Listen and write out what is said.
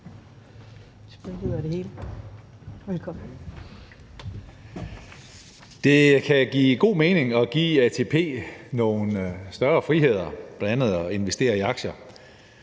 Det kan give god mening at give ATP nogle større friheder, bl.a. i forhold til at investere i aktier.